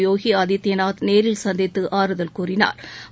யோகி ஆதித்யநாத் நேரில் சந்தித்து ஆறுதல் கூறினாா்